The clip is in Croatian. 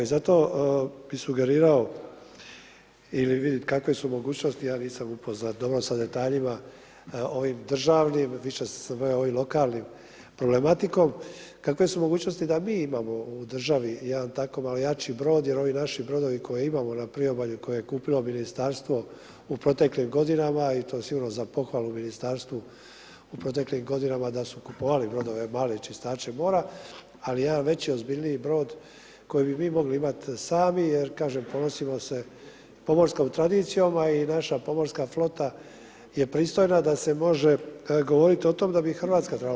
I zato bi sugerirao ili vidjeti kakve su mogućnosti, ja nisam upoznat dovoljno sa detaljima ovim državnim, više sa ovim lokalnim problematikom kakve su mogućnosti da mi imamo u državi jedan tako malo jači brod jer ovi naši brodovi koje imamo na priobalju koje je kupilo Ministarstvo u proteklim godinama i to je sigurno za pohvalu Ministarstvu u proteklim godinama da su kupovali brodove male čistače mora, ali jedan veći, ozbiljniji brod koji bi mi mogli imati sami jer kažem, ponosimo se pomorskom tradicijom, a i naša pomorska flota je pristojna da se može govoriti o tome da bi i RH trebala.